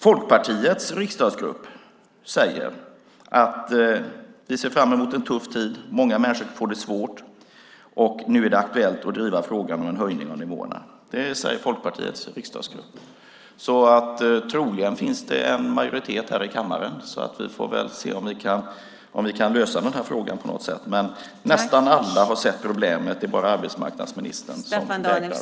Folkpartiets riksdagsgrupp säger att man ser fram mot en tuff tid när många människor får det svårt och att det nu är aktuellt att driva frågan om en höjning av nivåerna. Det säger Folkpartiets riksdagsgrupp, så troligen finns det en majoritet här i kammaren. Vi får väl se om vi kan lösa frågan på något sätt. Nästan alla har sett problemet. Det är bara arbetsmarknadsministern som vägrar att se det.